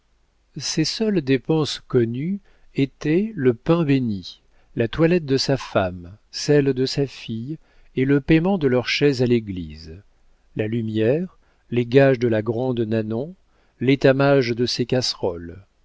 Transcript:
ses seules dépenses connues étaient le pain bénit la toilette de sa femme celle de sa fille et le payement de leurs chaises à l'église la lumière les gages de la grande nanon l'étamage de ses casseroles